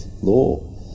law